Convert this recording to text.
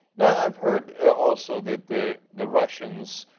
yeah i have heard also that the the russians,